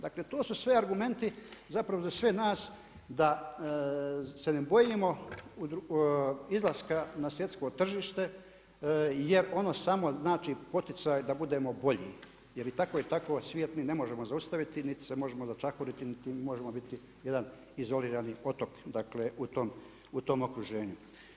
Dakle, to su sve argumenti zapravo za sve nas, da se ne bojimo izlaska na svjetsko tržište jer ono samo znači poticaj da budemo bolji, jer i tako i tako svijet mi ne možemo zaustaviti niti se može začahuriti niti možemo biti jedna izolirani otok dakle u tom okruženju.